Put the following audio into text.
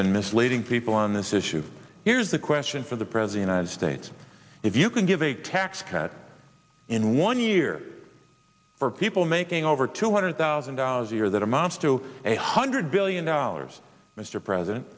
been misleading people on this issue here's the question for the president states if you can give a tax cut in one year for people making over two hundred thousand dollars a year that amounts to a hundred billion dollars mr president